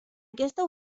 aquesta